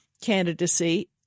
candidacy